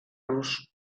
los